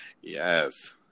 Yes